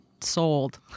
sold